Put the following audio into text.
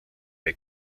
bei